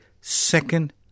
second